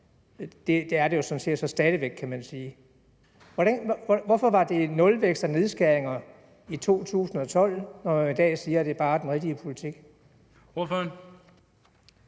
Det er det jo sådan set stadig væk, kan man sige. Hvorfor talte man om nulvækst og nedskæringer i 2012, hvor man i dag bare siger, at det er den rigtige politik?